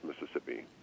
Mississippi